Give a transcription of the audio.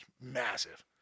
massive